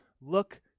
look